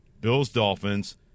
Bills-Dolphins